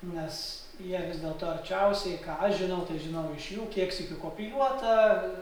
nes jie vis dėlto arčiausiai ką aš žinau tai žinau iš jų kiek sykių kopijuota